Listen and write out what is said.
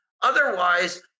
Otherwise